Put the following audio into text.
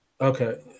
Okay